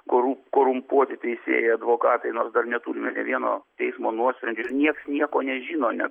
koru korumpuoti teisėjai advokatai nors dar neturime nė vieno teismo nuosprendžio niekas nieko nežino net